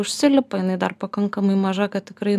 užsilipa jinai dar pakankamai maža kad tikrai